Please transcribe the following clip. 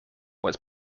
was